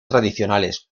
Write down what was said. tradicionales